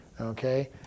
Okay